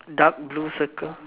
dark blue circle